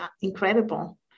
incredible